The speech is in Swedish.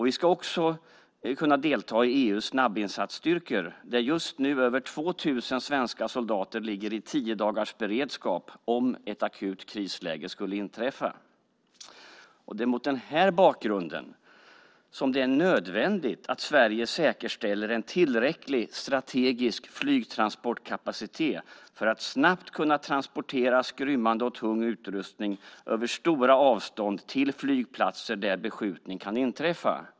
Vi ska också kunna delta i EU:s snabbinsatsstyrkor där just nu över 2 000 svenska soldater ligger i tiodagarsberedskap om ett akut krisläge skulle inträffa. Det är mot denna bakgrund som det är nödvändigt att Sverige säkerställer en tillräcklig strategisk flygtransportkapacitet för att snabbt kunna transportera skrymmande och tung utrustning över stora avstånd till flygplatser där beskjutning kan inträffa.